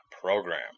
program